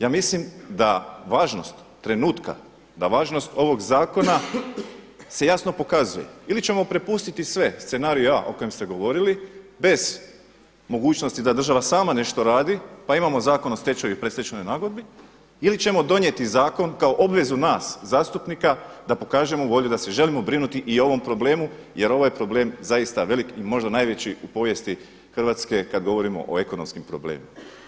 Ja mislim da važnost trenutka, da važnost ovog zakona se jasno pokazuje ili ćemo prepustiti sve scenarij A o kojem ste govorili bez mogućnosti da država sama nešto radi pa imamo Zakon o stečaju i predstečajnoj nagodbi ili ćemo donijeti zakon kao obvezu nas zastupnika da pokažemo volju da se želimo brinuti i o ovom problemu jer ovaj problem je zaista velik i možda najveći u povijesti Hrvatske kad govorimo o ekonomskim problemima.